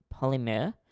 polymer